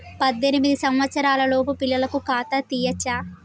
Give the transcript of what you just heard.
పద్దెనిమిది సంవత్సరాలలోపు పిల్లలకు ఖాతా తీయచ్చా?